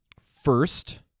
first –